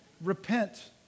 Repent